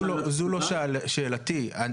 זו לא שאלתי.